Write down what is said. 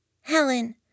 Helen